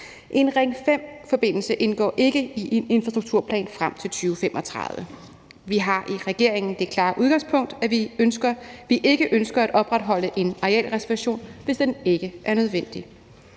En Ring 5-forbindelse indgår ikke i en infrastrukturplan frem til 2035. Vi har i regeringen det klare udgangspunkt, at vi ikke ønsker at opretholde en arealreservation, hvis den ikke er nødvendig.